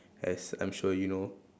as I'm sure you know